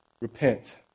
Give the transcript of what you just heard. repent